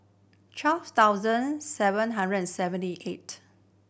twelve thousand seven hundred and seventy eight